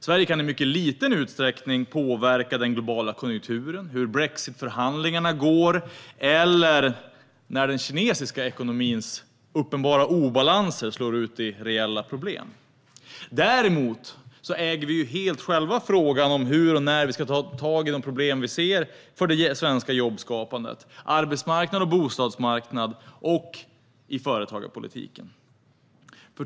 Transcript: Sverige kan i mycket liten utsträckning påverka den globala konjunkturen, hur brexitförhandlingarna går eller när den kinesiska ekonomins uppenbara obalanser slår ut i reella problem. Däremot äger vi helt själva frågan om hur och när vi ska ta tag i de problem vi ser för det svenska jobbskapandet, arbetsmarknad och bostadsmarknad och i företagarpolitiken.